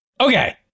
Okay